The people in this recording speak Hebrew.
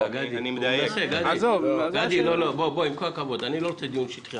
גדי, עם כל הכבוד, אני לא רוצה דיון שטחי.